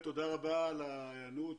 תודה רבה על ההיענות,